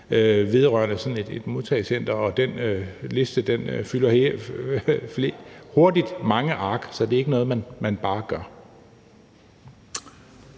vedrørende sådan et modtagecenter, og den liste fylder hurtigt mange ark, så det er ikke noget, man bare gør.